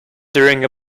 during